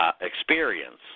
Experience